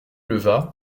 leva